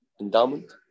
Endowment